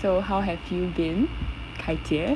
so how have you been kai jie